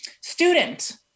student